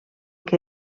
què